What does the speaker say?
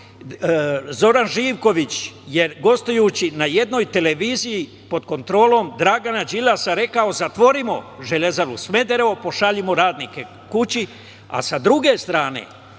Zoran Živković je gostujući na jednoj televiziji pod kontrolom Dragana Đilasa rekao –zatvorimo Železaru Smederevo, pošaljimo radnike kući. Sa druge strane,